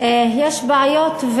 יש בעיות,